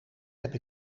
heb